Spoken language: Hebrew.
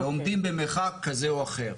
עומדים במרחק כזה או אחר.